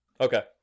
Okay